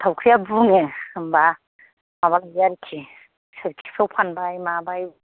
थावख्रिया बुङो होमब्ला माबादो आरोखि सोरखिखौ फानबाय माबाय